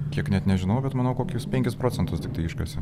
kiek net nežinau bet manau kokius penkis procentus tiktai iškasėm